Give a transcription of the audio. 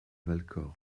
valcor